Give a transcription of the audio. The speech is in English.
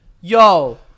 Yo